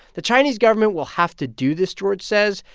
the chinese government will have to do this, george says,